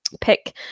pick